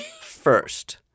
first